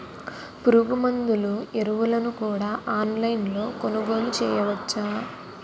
పురుగుమందులు ఎరువులను కూడా ఆన్లైన్ లొ కొనుగోలు చేయవచ్చా?